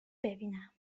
ببینم